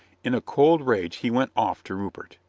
in a cold rage he went off to rupert.